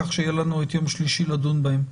כך שיהיה לנו את יום שלישי לדון בהם.